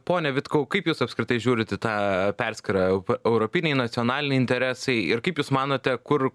pone vitkau kaip jūs apskritai žiūrit į tą perskyrą europiniai nacionaliniai interesai ir kaip jūs manote kur